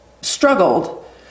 Struggled